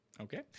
Okay